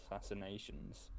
assassinations